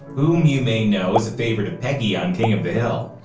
whom you may know as a favorite of peggy on king of the hill.